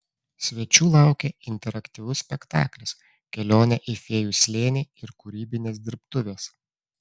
svečių laukė interaktyvus spektaklis kelionė į fėjų slėnį ir kūrybinės dirbtuvės